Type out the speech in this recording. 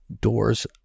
doors